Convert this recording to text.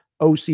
OC